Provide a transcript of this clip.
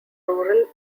rural